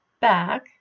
back